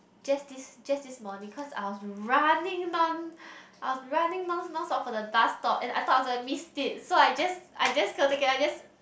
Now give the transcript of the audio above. just this just this morning cause I was running non~ I was running non non-stop for the bus stop and I thought I was missed it so I just I just cannot take it I just